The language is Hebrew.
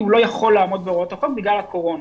כי הוא לא יכול לעמוד בהוראות החוק בגלל הקורונה.